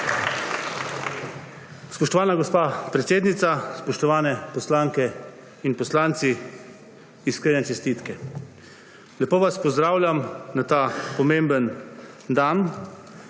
Spoštovana gospa predsednica, spoštovane poslanke in poslanci, iskrene čestitke. Lepo vas pozdravljam na ta pomembni dan,